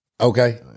Okay